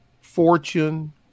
fortune